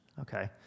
Okay